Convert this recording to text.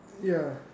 ya